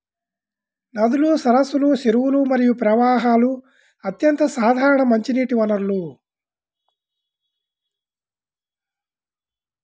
నదులు, సరస్సులు, చెరువులు మరియు ప్రవాహాలు అత్యంత సాధారణ మంచినీటి వనరులు